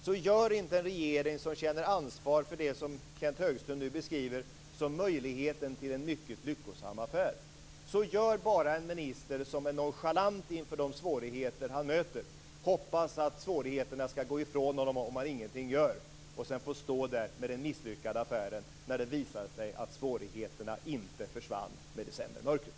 Så gör inte en regering som känner ansvar för det som Kenth Högström beskriver som möjligheten till en mycket lyckosam affär. Så gör bara en minister som är nonchalant inför de svårigheter han möter och hoppas att svårigheterna ska gå ifrån honom om han ingenting gör. Sedan fick han stå där med den misslyckade affären när det visade sig att svårigheterna inte försvann med decembermörkret.